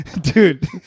Dude